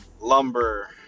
lumber